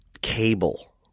cable